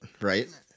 Right